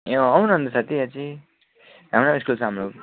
ए अँ आउन अन्त साथी अच्ची हाम्रै स्कुल सामने हो